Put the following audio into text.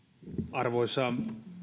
arvoisa